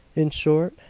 in short,